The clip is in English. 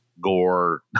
gore